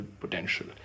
potential